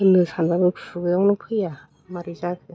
होन्नो सानबाबो खुगायावनो फैया माबोरै जाखो